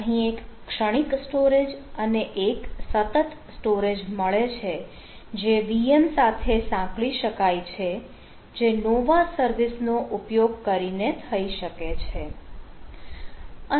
અહીં એક ક્ષણીક સ્ટોરેજ અને એક સતત સ્ટોરેજ મળે છે જે VM સાથે સાંકળી શકાય છે જે નોવા સર્વિસનો ઉપયોગ કરીને થઈ શકે છે